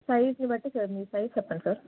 సైజుని బట్టి సార్ మీ సైజ్ చెప్పండి సార్